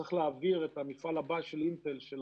צריך להעביר את המפעל הבא של אינטל של